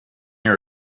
your